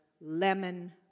lemon